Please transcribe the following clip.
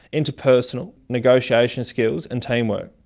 interpersonal negotiation skills and teamwork.